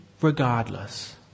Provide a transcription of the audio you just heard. regardless